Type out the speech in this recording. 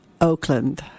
Oakland